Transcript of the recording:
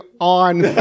on